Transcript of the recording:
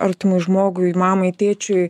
artimui žmogui mamai tėčiui